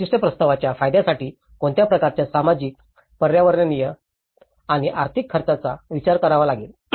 विशिष्ट प्रस्तावाच्या फायद्यासाठी कोणत्या प्रकारच्या सामाजिक पर्यावरणीय आणि आर्थिक खर्चाचा विचार करावा लागेल